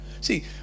see